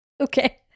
Okay